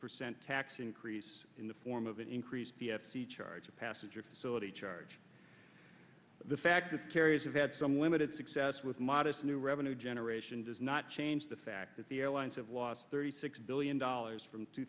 percent tax increase in the form of an increase p f c charge a passenger facility charge but the fact that kerry has had some limited success with modest new revenue generation does not change the fact that the airlines have lost thirty six billion dollars from two